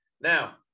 Now